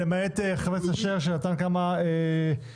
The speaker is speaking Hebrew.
למעט חבר הכנסת אשר שנתן כמה פתרונות.